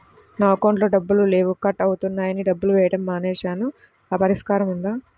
నా అకౌంట్లో డబ్బులు లేవు కట్ అవుతున్నాయని డబ్బులు వేయటం ఆపేసాము పరిష్కారం ఉందా?